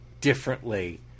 differently